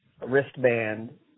wristband